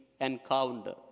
encounter